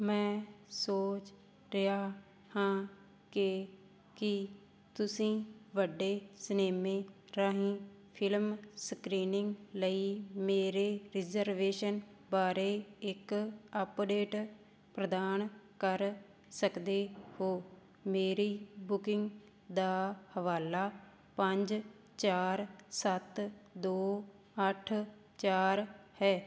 ਮੈਂ ਸੋਚ ਰਿਹਾ ਹਾਂ ਕਿ ਕੀ ਤੁਸੀਂ ਵੱਡੇ ਸਿਨੇਮੇ ਰਾਹੀਂ ਫ਼ਿਲਮ ਸਕ੍ਰੀਨਿੰਗ ਲਈ ਮੇਰੇ ਰਿਜ਼ਰਵੇਸ਼ਨ ਬਾਰੇ ਇੱਕ ਅਪਡੇਟ ਪ੍ਰਦਾਨ ਕਰ ਸਕਦੇ ਹੋ ਮੇਰੀ ਬੁਕਿੰਗ ਦਾ ਹਵਾਲਾ ਪੰਜ ਚਾਰ ਸੱਤ ਦੋ ਅੱਠ ਚਾਰ ਹੈ